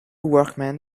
workmen